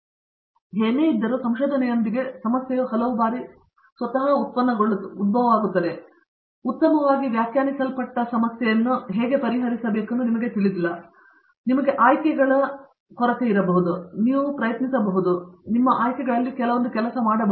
ಅದೇನೇ ಇದ್ದರೂ ಸಂಶೋಧನೆಯೊಂದಿಗೆ ಸಮಸ್ಯೆಯು ಹಲವು ಬಾರಿ ಸ್ವತಃ ಉತ್ತಮವಾಗಿ ವ್ಯಾಖ್ಯಾನಿಸಲ್ಪಟ್ಟಿಲ್ಲ ಮತ್ತು ಸಮಸ್ಯೆಯನ್ನು ಹೇಗೆ ಪರಿಹರಿಸಬೇಕೆಂದು ನಿಮಗೆ ತಿಳಿದಿಲ್ಲ ಆಶಾದಾಯಕವಾಗಿ ನಿಮಗೆ ಆಯ್ಕೆಗಳ ಕೈಬೆರಳೆಣಿಕೆಯಿದೆ ನೀವು ಪ್ರಯತ್ನಿಸಬಹುದು ಮತ್ತು ಬಹುಶಃ ಅವುಗಳಲ್ಲಿ ಒಂದು ಕೆಲಸ ಮಾಡುತ್ತದೆ